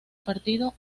partido